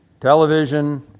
Television